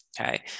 okay